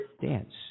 Dance